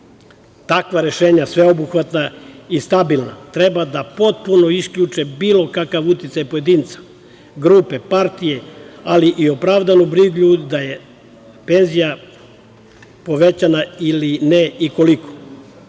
Takva rešenja, sveobuhvatna i stabilna, treba da potpuno isključe bilo kakav uticaj pojedinca, grupe, partije, ali i opravdanu brigu da je penzija povećana ili ne i koliko. PUPS